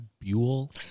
Buell